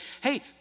hey